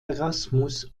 erasmus